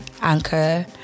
Anchor